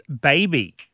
baby